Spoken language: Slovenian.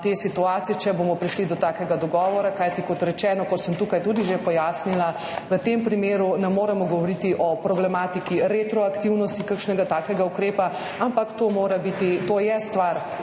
te situacije, če bomo prišli do takega dogovora. Kajti kot rečeno, kot sem tukaj tudi že pojasnila, v tem primeru ne moremo govoriti o problematiki retroaktivnosti kakšnega takega ukrepa, ampak to mora